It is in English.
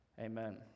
Amen